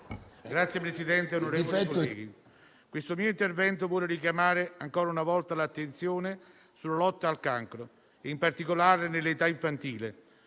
Signor Presidente, onorevoli colleghi, il mio intervento vuole richiamare ancora una volta l'attenzione sulla lotta al cancro, in particolare nell'età infantile